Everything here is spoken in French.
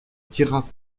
tira